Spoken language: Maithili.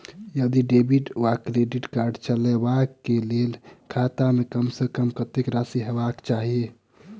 यदि डेबिट वा क्रेडिट कार्ड चलबाक कऽ लेल खाता मे कम सऽ कम कत्तेक राशि हेबाक चाहि?